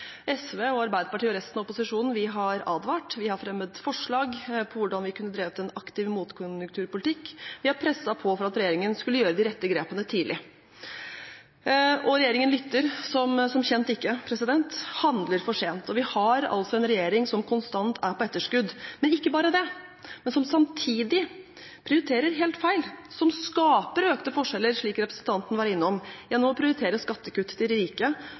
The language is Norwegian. SV, Arbeiderpartiet og resten av opposisjonen har advart. Vi har fremmet forslag om hvordan vi kunne drevet en aktiv motkonjunkturpolitikk. Vi har presset på for å få regjeringen til ta de rette grepene tidlig. Regjeringen lytter som kjent ikke og handler for sent. Vi har altså en regjering som konstant er på etterskudd, og som – ikke bare det – samtidig prioriterer helt feil, som skaper økte forskjeller, slik representanten var innom, gjennom å prioritere skattekutt til de rike